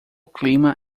clima